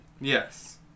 Yes